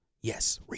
yes